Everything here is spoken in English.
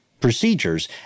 procedures